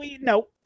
no